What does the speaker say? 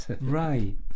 Right